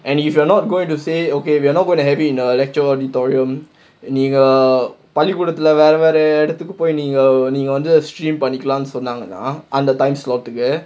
and if you are not going to say okay we are not going to have it in the lecture auditorium நீங்க பள்ளி கூடத்துல வேற வேற இடத்துக்கு போய் நீங்க நீங்க வந்து:neenga palli koodathula vera vera idathukku poi neenga neenga vanthu stream பண்ணிக்கலாம்னு சொன்னாங்கன்னா அந்த:pannikkalaamnu sonnaanganaa antha time slot கு:ku